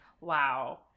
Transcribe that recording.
Wow